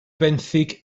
benthyg